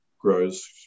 grows